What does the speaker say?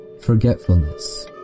Forgetfulness